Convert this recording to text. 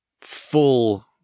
full